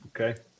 Okay